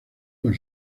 con